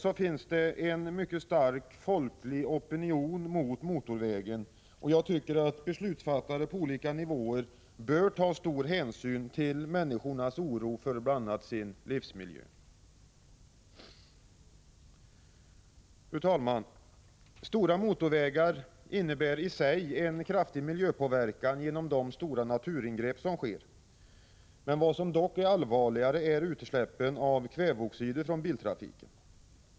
Det finns en mycket stark folklig opinion mot motorvägen. Beslutsfattare på olika nivåer bör ta stor hänsyn till människornas oro för bl.a. sin livsmiljö. Fru talman! Stora motorvägar innebär i sig en kraftig miljöpåverkan genom de stora naturingrepp som sker. Vad som dock är än allvarligare är utsläppen av kväveoxider från biltrafiken.